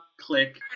Click